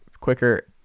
quicker